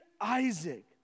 Isaac